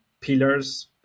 pillars